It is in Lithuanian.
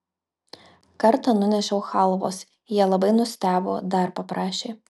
kartą nunešiau chalvos jie labai nustebo dar paprašė